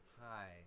Hi